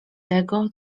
tego